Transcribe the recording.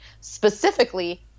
specifically